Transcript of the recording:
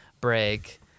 break